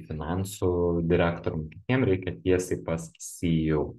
finansų direktorium jam reikia tiesiai pas seo